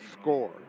score